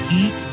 eat